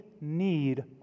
need